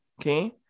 okay